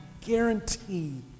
guarantee